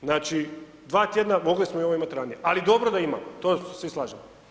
Znači, dva tjedna mogli smo ovo imati i ranije, ali dobro da imamo, to se svi slažemo.